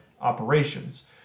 operations